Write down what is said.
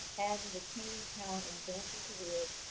and retaining talent and advancing careers,